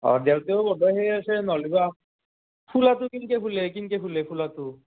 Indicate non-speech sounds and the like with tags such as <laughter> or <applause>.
অঁ <unintelligible> নহ'লেবা ফুলাটো কেনেকৈ ফুলে কেনেকৈ ফুলে ফুলাটো